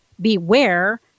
Beware